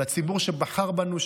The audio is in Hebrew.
על הציבור שבחר בנו,